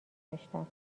داشتم